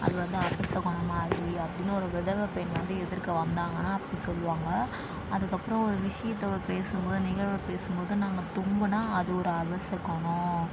அது வந்து அபசகுணம் மாதிரி அப்படின்னு ஒரு விதவைப்பெண் வந்து எதிர்க்க வந்தாங்கன்னால் அப்படி சொல்லுவாங்க அதுக்கப்புறம் ஒரு விஷயத்த பேசும்போது நிகழ்வை பேசும்போது நாங்கள் தும்முனால் அது ஒரு அபசகுணம்